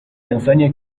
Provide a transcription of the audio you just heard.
انسانیه